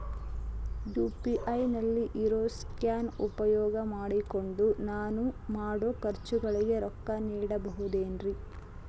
UPI ನಲ್ಲಿ ಇರೋ scan ಉಪಯೋಗ ಮಾಡಿಕೊಂಡು ನಾನು ಮಾಡೋ ಖರ್ಚುಗಳಿಗೆ ರೊಕ್ಕ ನೇಡಬಹುದೇನ್ರಿ?